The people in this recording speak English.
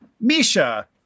Misha